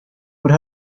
what